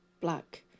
black